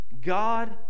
God